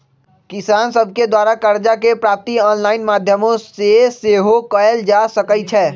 किसान सभके द्वारा करजा के प्राप्ति ऑनलाइन माध्यमो से सेहो कएल जा सकइ छै